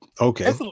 Okay